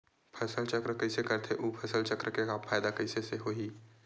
फसल चक्र कइसे करथे उ फसल चक्र के फ़ायदा कइसे से होही?